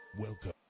Welcome